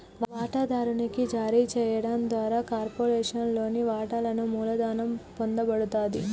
వాటాదారునికి జారీ చేయడం ద్వారా కార్పొరేషన్లోని వాటాలను మూలధనం పొందబడతది